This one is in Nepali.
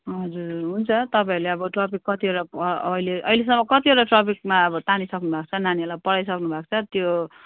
हजुर हुन्छ तपाईँहरूले अब टपिक कतिवटा अहिले अहिलेसम्म कतिवटा टपिकमा अब तानिसक्नुभएको छ नानीहरूलाई पढाइसक्नुभएको छ त्यो